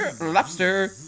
Lobster